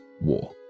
war